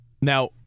Now